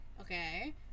Okay